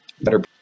better